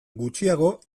gutxiago